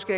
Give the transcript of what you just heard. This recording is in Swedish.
sagda.